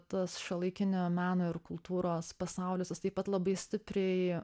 tas šiuolaikinio meno ir kultūros pasaulis jis taip pat labai stipriai